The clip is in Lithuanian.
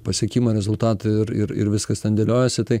pasiekimą rezultatą ir ir ir viskas ten dėliojasi tai